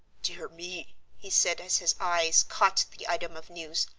dear me! he said as his eyes caught the item of news.